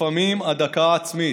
לפעמים עד הלקאה עצמית,